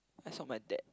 I saw my dad